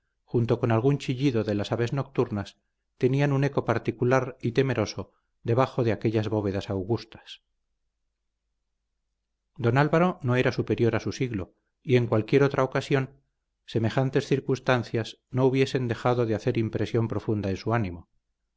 junto con algún chillido de las aves nocturnas tenían un eco particular y temeroso debajo de aquellas bóvedas augustas don álvaro no era superior a su siglo y en cualquiera otra ocasión semejantes circunstancias no hubiesen dejado de hacer impresión profunda en su ánimo